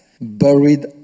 buried